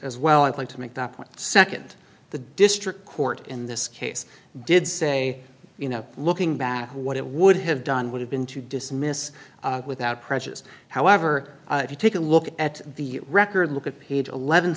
as well i'd like to make that point second the district court in this case did say you know looking back what it would have done would have been to dismiss without prejudice however if you take a look at the record look at page eleven